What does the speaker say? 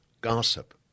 gossip